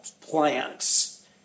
plants